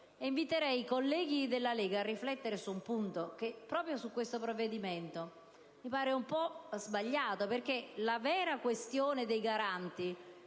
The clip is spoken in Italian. Io inviterei i colleghi della Lega a riflettere su un punto, che proprio rispetto a questo provvedimento mi pare un po' sbagliato, perché la vera questione dei Garanti